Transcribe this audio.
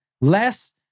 less